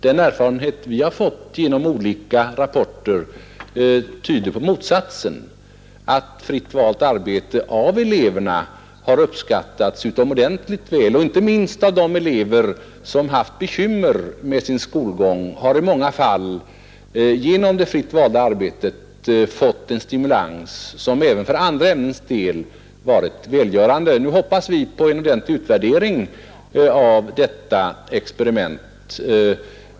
Den erfarenhet vi har fått genom olika rapporter tyder på motsatsen, dvs. att fritt valt arbete har uppskattats utomordentligt väl av eleverna, Inte minst de elever som haft bekymmer med sin skolgång har i många fall genom det fritt valda arbetet fått en stimulans som varit välgörande även för andra ämnens del. Nu hoppas vi på en ordentlig utvärdering av detta experiment.